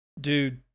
dude